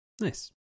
nice